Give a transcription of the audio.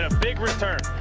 um big return.